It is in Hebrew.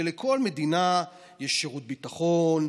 ולכל מדינה יש שירות ביטחון,